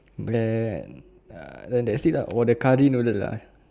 then ah then that's it lah or the curry noodle lah